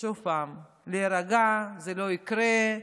עוד פעם, להירגע, זה לא יקרה,